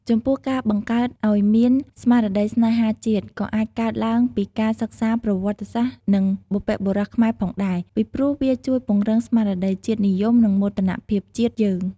ចំពោះការបង្កើតឲ្យមានស្មារតីស្នេហាជាតិ ក៏អាចកើតឡើងពីការសិក្សាប្រវត្តិសាស្រ្ត និងបុព្វបុរសខ្មែរផងដែរ ពីព្រោះវាជួយពង្រឹងស្មារតីជាតិនិយម និងមោទនភាពជាតិយើង។